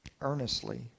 earnestly